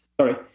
Sorry